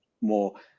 more